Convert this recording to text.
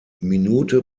minute